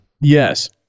Yes